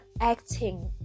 acting